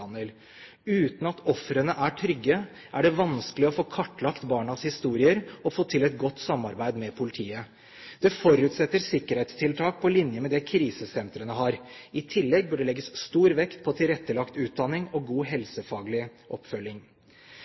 Uten at ofrene er trygge, er det vanskelig å få kartlagt barnas historier og få til et godt samarbeid med politiet. Det forutsetter sikkerhetstiltak på linje med det krisesentrene har. I tillegg bør det legges stor vekt på tilrettelagt utdanning og god helsefaglig oppfølging.